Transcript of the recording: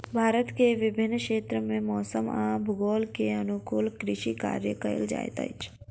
भारत के विभिन्न क्षेत्र में मौसम आ भूगोल के अनुकूल कृषि कार्य कयल जाइत अछि